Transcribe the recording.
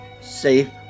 safe